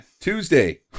Tuesday